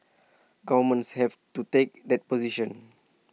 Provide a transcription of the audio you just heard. governments have to take that position